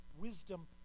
wisdom